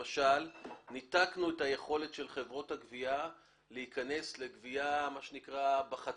למשל ניתקנו את היכולת של חברות הגבייה להיכנס לגבייה בחצרים,